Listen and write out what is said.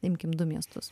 imkim du miestus